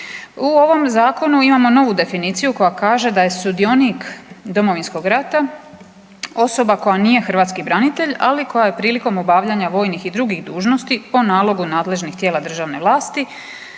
U ovom Zakonu imamo novu definiciju koja kaže da je sudionik Domovinskog rata osoba koja nije hrvatski branitelj, ali koja je prilikom obavljanja vojnih i drugih dužnosti po nalogu nadležnih tijela državne vlasti